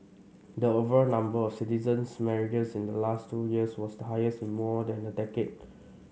the overall number of citizens marriages in the last two years was the highest in more than a decade